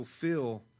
fulfill